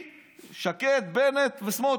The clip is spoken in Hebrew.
שקד, בנט וסמוטריץ'